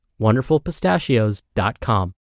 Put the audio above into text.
WonderfulPistachios.com